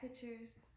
pictures